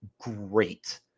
great